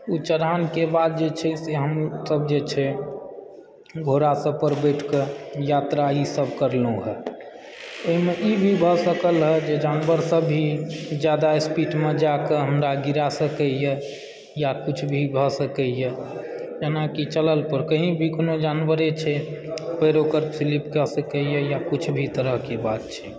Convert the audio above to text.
ओ चढ़ानके बाद जे छै से हमसभ जे छै घोड़ासभ पर बसिकऽ यात्रा ईसभ करलहुँ हँ ओहिमे ई भी भऽ सकल हँ जे जानवरसभ भी जादा स्पीडमे जाके हमरा गिरा सकयए वा किछु भी भऽ सकयए जेनाकि चलल पर कही भी कोनो जानवरे छै पयर ओकर स्लीप कए सकयए वा किछु भी तरहके बात छै